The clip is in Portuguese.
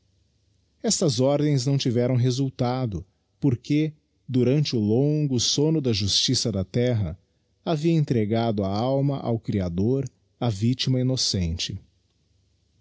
estas ordens não tiveram resultado porque durante o longo somno da justiça da terra havia entregado a alma ao creador a victiraa innocente